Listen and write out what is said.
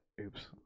Oops